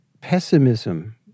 pessimism